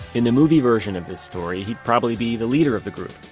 in the movie version of this story, he'd probably be the leader of the group.